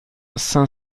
cinq